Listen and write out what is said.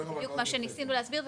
זה בדיוק מה שניסינו להסביר,